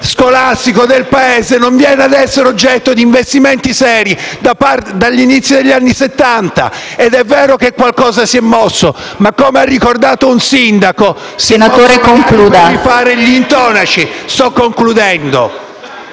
scolastico del Paese non viene ad essere oggetto di investimenti seri dall'inizio degli anni Settanta. È vero che qualcosa si è mosso, ma - come ha ricordato un sindaco... PRESIDENTE. Concluda, senatore